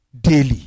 daily